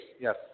Yes